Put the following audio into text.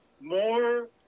More